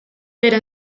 pero